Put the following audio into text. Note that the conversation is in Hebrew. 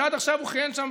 שעד עכשיו הוא כיהן שם